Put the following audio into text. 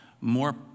more